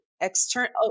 External